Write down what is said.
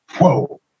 whoa